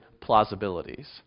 plausibilities